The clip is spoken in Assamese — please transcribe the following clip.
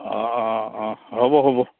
অঁ অঁ অঁ হ'ব হ'ব